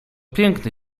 piękny